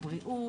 הבריאות,